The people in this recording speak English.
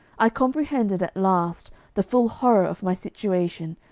i comprehended at last the full horror of my situation,